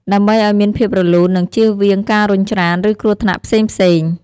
ដើម្បីឱ្យមានភាពរលូន និងជៀសវាងការរុញច្រាន ឬគ្រោះថ្នាក់ផ្សេងៗ។